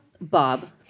Bob